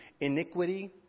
Iniquity